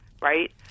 right